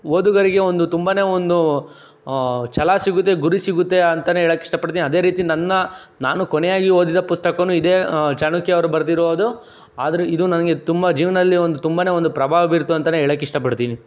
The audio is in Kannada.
ಓದುಗರಿಗೆ ಒಂದು ತುಂಬಾ ಒಂದು ಛಲ ಸಿಗುತ್ತೆ ಗುರಿ ಸಿಗುತ್ತೆ ಅಂತನೆ ಹೇಳಕ್ಕೆ ಇಷ್ಟಪಡ್ತೀನಿ ಅದೇ ರೀತಿ ನನ್ನ ನಾನು ಕೊನೆಯಾಗಿ ಓದಿದ ಪುಸ್ತಕನು ಇದೇ ಚಾಣಕ್ಯ ಅವ್ರು ಬರೆದಿರುವುದು ಆದರು ಇದು ನನಗೆ ತುಂಬ ಜೀವನದಲ್ಲಿ ಒಂದು ತುಂಬಾ ಒಂದು ಪ್ರಭಾವ ಬೀರಿತು ಅಂತನೆ ಹೇಳಕ್ಕೆ ಇಷ್ಟಪಡ್ತೀನಿ